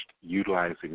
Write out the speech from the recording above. utilizing